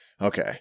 Okay